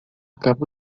capa